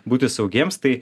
būti saugiems tai